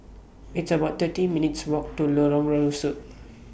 It's about thirty minutes' Walk to Lorong